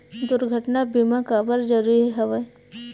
दुर्घटना बीमा काबर जरूरी हवय?